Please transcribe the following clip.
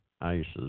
ISIS